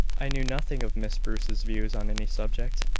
i know nothing of miss bruce's views on any subject.